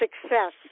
success